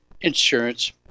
insurance